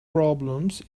problems